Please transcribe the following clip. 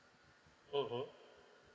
mmhmm